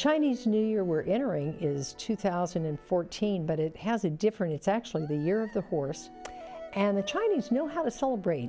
chinese new year we're entering is two thousand and fourteen but it has a different it's actually the year of the horse and the chinese know how to celebrate